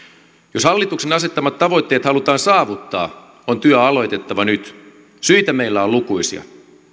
jos hallituksen asettamat tavoitteet halutaan saavuttaa on työ aloitettava nyt syitä meillä on lukuisia